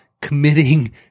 committing